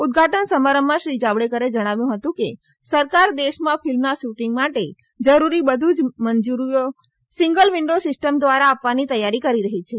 ઉદઘાટન સમારંભમાં શ્રી જાવડેકરે જણાવ્યું હતું કે સરકાર દેશમાં ફિલ્મના શૂટિંગ માટે જરૂરી બધી જ મંજુરીઓ સિંગલ વિન્ઠોઝ સિસ્ટમ દ્વારા આપવાની તૈયારી કરી રહી છે